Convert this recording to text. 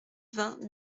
vingt